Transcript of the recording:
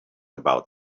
about